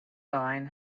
line